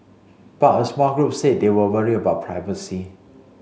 but a small group said they were worried about privacy